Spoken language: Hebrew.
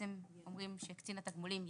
אומרים שקצין התגמולים ינכה,